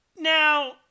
Now